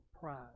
pride